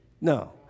no